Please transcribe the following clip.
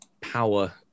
power